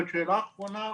ושאלה אחרונה,